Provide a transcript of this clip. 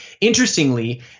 interestingly